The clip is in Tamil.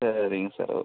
சரிங்க சார் ஓகே